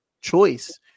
choice